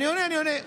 אני עונה.